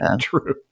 True